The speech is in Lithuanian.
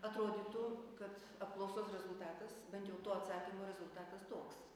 atrodytų kad apklausos rezultatas bent jau to atsakymo rezultatas toks